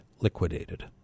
liquidated